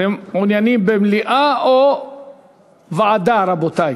אתם מעוניינים במליאה או בוועדה, רבותי?